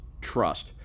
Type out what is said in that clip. trust